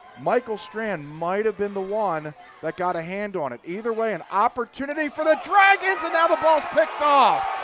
michael strand might have been the one that got a hand on it. either way, an opportunity for the dragons. and now the ball is picked off.